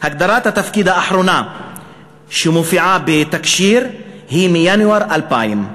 הגדרת התפקיד האחרונה שמופיעה בתקשי"ר היא מינואר 2000,